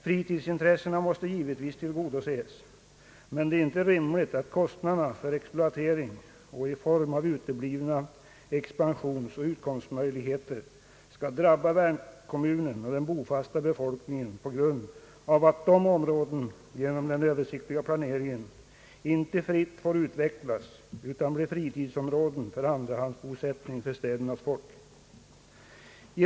Fritidsintressena måste givetvis tillgodoses, men det är inte rimligt att kostnaderna för exploatering och följderna av uteblivna expansionsoch utvecklingsmöjligheter skall drabba värdkommunen och den bofasta befolkningen på grund av att dessa områden inte fritt fått utvecklas utan planerats till fritidsområden för andrahandsbosättning av städernas befolkning.